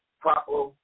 proper